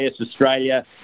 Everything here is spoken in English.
Australia